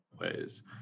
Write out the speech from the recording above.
ways